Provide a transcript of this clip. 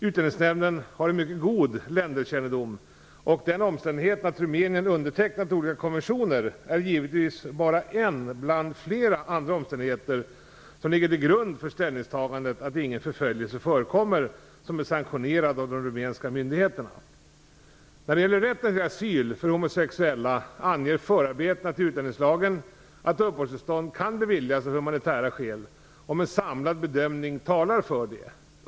Utlänningsnämnden har en mycket god länderkännedom, och den omständigheten att Rumänien undertecknat olika konventioner är givetvis bara en bland flera andra omständigheter som ligger till grund för ställningstagandet att ingen förföljelse förekommer som är sanktionerad av de rumänska myndigheterna. När det gäller rätten till asyl för homosexuella anger förarbetena till utlänningslagen att uppehållstillstånd kan beviljas av humanitära skäl om en samlad bedömning talar för det.